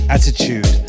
Attitude